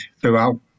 throughout